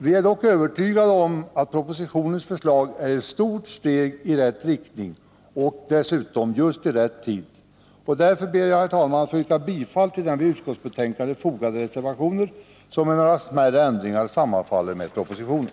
Vi är dock övertygade om att propositionens förslag är ett stort steg i rätt riktning och just i rätt tid. Jag ber därför, herr talman, att få yrka bifall till den vid utskottsbetänkandet fogade reservationen, som med några smärre ändringar sammanfaller med propositionen.